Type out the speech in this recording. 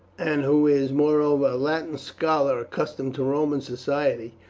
and who is, moreover, a latin scholar accustomed to roman society,